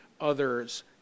others